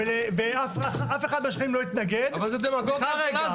ואף אחד מהשכנים לא יתנגד --- אבל זו דמגוגיה זולה,